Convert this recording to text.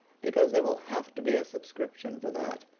because there will have to be a subscription for that,